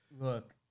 Look